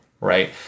Right